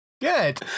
good